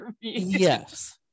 Yes